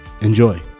Enjoy